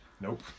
Nope